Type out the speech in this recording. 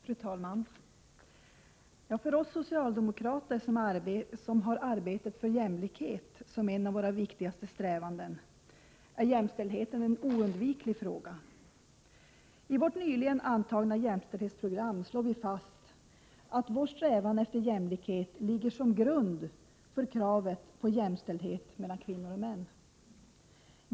Fru talman! För oss socialdemokrater, som har arbetet för jämlikhet som ett av våra viktigaste strävanden, är jämställdheten en oundviklig fråga. I vårt nyligen antagna jämställdhetsprogram slår vi fast att ”vår strävan efter jämlikhet ligger som grund för kravet på jämställdhet mellan kvinnor och män”.